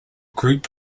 group